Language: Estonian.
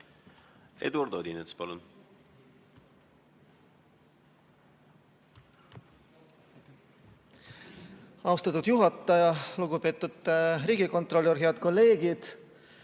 Eduard Odinets, palun! Austatud juhataja! Lugupeetud riigikontrolör! Head kolleegid!